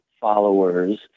followers